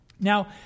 Now